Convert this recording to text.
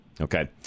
Okay